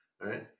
right